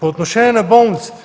По отношение на болниците.